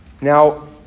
Now